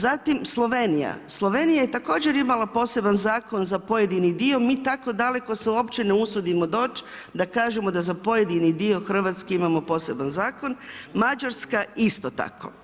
Zatim Slovenija, Slovenija je također imala poseban zakon za pojedini dio, mi tako daleko se uopće ne usudimo doć da kažemo da za pojedini dio Hrvatske imamo poseban zakon, Mađarska isto tako.